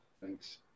Thanks